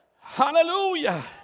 hallelujah